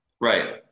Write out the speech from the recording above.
Right